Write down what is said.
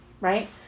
Right